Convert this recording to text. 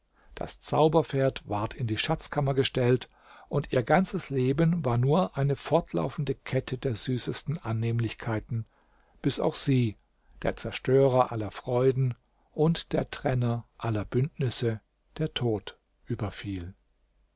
das zauberpferd ward in die schatzkammer gestellt und ihr ganzes leben war nur eine fortlaufende kette der süßesten annehmlichkeiten bis auch sie der zerstörer aller freuden und der trenner aller bündnisse der tod überfiel